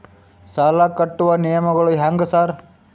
ಸಾಲ ಕಟ್ಟುವ ನಿಯಮಗಳು ಹ್ಯಾಂಗ್ ಸಾರ್?